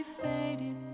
faded